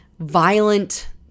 violent